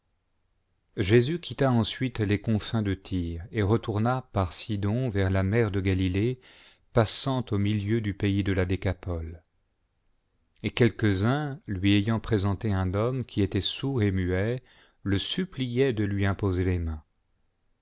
jésus quitta ensuite les confins de tyr et retourna î ar sidon vers la mer de galiée passant au milieu du pays de la dathol et quelques-uns lui ayant présenté un homme qui était sourd et muet le suppliaient de lui imposer les mains